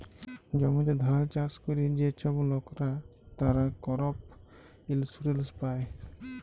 জমিতে ধাল চাষ ক্যরে যে ছব লকরা, তারা করপ ইলসুরেলস পায়